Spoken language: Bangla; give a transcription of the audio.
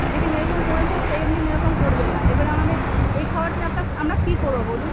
দেখুন এরকম করেছেন সেকেন্ড দিন এরকম করবেন না এবারে আমাদের এই খাবারটা নিয়ে আমরা কী করব বলুন